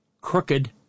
crooked